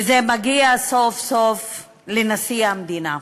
וזה מגיע סוף-סוף לנשיא המדינה.